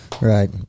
Right